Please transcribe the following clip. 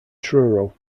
truro